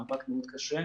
מאבק מאוד קשה,